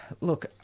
look